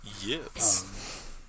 Yes